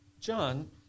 John